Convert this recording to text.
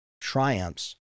triumphs